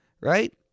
right